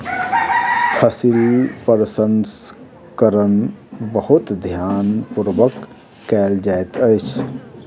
फसील प्रसंस्करण बहुत ध्यान पूर्वक कयल जाइत अछि